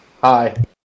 Hi